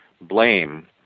blame